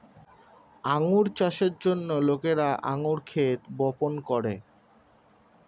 আঙ্গুর চাষের জন্য লোকেরা আঙ্গুর ক্ষেত বপন করে